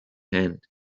hand